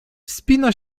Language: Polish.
wspina